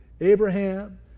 Abraham